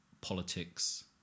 politics